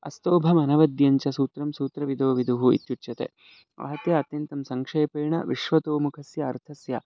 अस्तोभमनवद्यञ्चसूत्रंसूत्रविदोविदुः इत्युच्यते आहत्य अत्यन्तं संक्षेपेण विश्वतोमुखस्य अर्थस्य